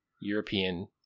European